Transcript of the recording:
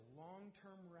long-term